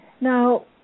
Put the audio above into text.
Now